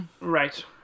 Right